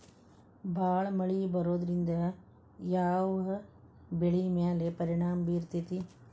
ಭಾಳ ಮಳಿ ಬರೋದ್ರಿಂದ ಯಾವ್ ಬೆಳಿ ಮ್ಯಾಲ್ ಪರಿಣಾಮ ಬಿರತೇತಿ?